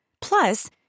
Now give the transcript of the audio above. Plus